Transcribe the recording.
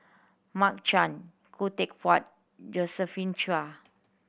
Mark Chan Khoo Teck Puat Josephine Chia